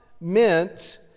meant